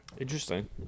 Interesting